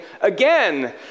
again